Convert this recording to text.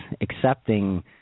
accepting